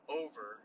over